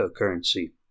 cryptocurrency